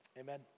amen